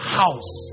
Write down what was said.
house